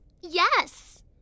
Yes